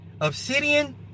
Obsidian